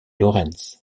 laurens